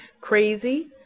Crazy